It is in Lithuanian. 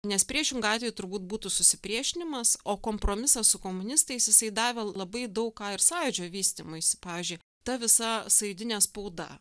nes priešingu atveju turbūt būtų susipriešinimas o kompromisą su komunistais jisai davė labai daug ką ir sąjūdžio vystymuisi pavyzdžiui ta visa sąjudinė spauda